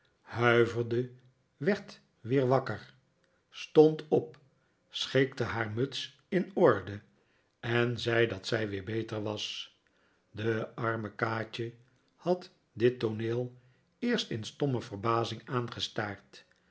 huiverde werd weer wakker stond op schikte haar muts in orde en zei dat zij weer beter was de arme kaatje had dit tooneel eerst in stomme verbazing